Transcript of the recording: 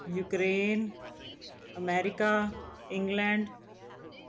Ukraine America England